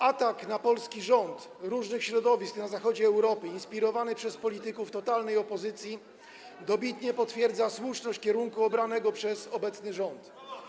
Atak na polski rząd różnych środowisk na zachodzie Europy inspirowany przez polityków totalnej opozycji dobitnie potwierdza słuszność kierunku obranego przez obecny rząd.